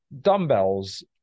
dumbbells